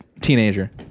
teenager